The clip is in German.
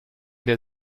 der